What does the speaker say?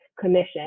commission